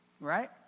right